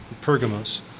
Pergamos